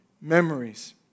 memories